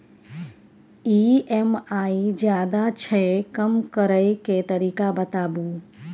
EMI ज्यादा छै कम करै के तरीका बताबू?